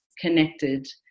connected